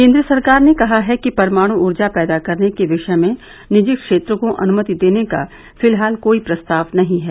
केन्द्र सरकार ने कहा कि परमाणु ऊर्जा पैदा करने के विषय में निजी क्षेत्र को अनुमति देने का फिलहाल कोई प्रस्ताव नहीं है